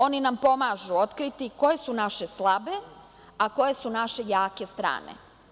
Oni nam pomažu otkriti koje su naše slabe, a koje su naše jake strane.